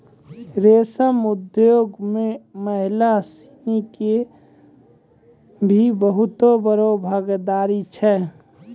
रेशम उद्योग मॅ महिला सिनि के भी बहुत बड़ो भागीदारी छै